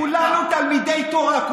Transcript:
אנחנו כולנו תלמידי תורה.